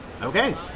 Okay